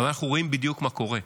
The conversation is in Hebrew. אבל אנחנו רואים בדיוק מה קורה,